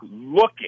looking